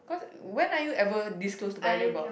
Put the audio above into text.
cause when are you ever this close to Paya-Lebar